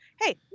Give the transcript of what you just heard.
Hey